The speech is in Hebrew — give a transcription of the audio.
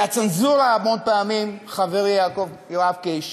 והצנזורה המון פעמים, חברי יואב קיש,